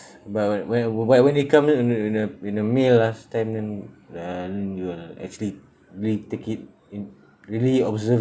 but where wh~ when they come in a in a in a mail last time then uh I think you will actually really take it in really observe